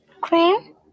Cream